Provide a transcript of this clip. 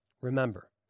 Remember